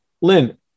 Lynn